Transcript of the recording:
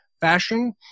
fashion